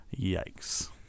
yikes